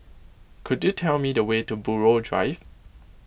could you tell me the way to Buroh Drive